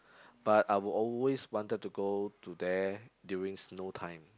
but I will always wanted to go to there during snow time